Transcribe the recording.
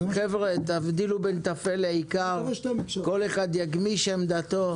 כל אחד יגמיש את עמדתו,